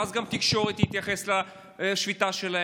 ואז גם התקשורת תתייחס לשביתה שלהם?